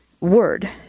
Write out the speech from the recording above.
word